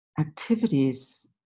activities